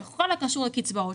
בכל הקשור לקצבאות,